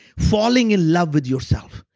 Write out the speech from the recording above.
falling in love with yourself.